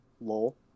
Lol